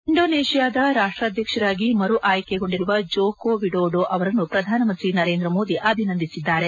ಇಂಡೋನೇಷ್ಯಾದ ರಾಷ್ವಾಧ್ಯಕ್ಷರಾಗಿ ಮರು ಆಯ್ಕೆಗೊಂಡಿರುವ ಜೋಕೋ ವಿಡೋಡೊ ಅವರನ್ನು ಪ್ರಧಾನ ಮಂತ್ರಿ ನರೇಂದ್ರ ಮೋದಿ ಅಭಿನಂದಿಸಿದ್ದಾರೆ